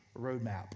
roadmap